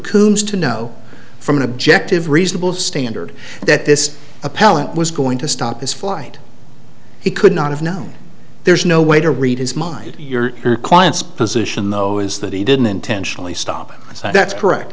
coombs to know from an objective reasonable standard that this appellant was going to stop his flight he could not have known there's no way to read his mind your client's position though is that he didn't intentionally stop it that's correct